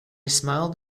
smiled